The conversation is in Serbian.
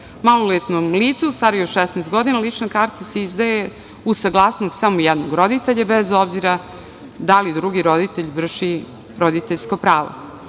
Maloletnom licu starijem od 16 godina, lična karta se izdaje uz saglasnost samo jednog roditelja bez obzira da li drugi roditelj vrši roditeljsko pravo.